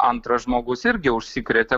antras žmogus irgi užsikrėtė